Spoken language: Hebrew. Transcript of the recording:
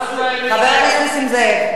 חבר הכנסת נסים זאב,